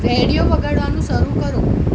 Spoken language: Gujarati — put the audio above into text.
રૅડિયો વગાડવાનું શરૂ કરો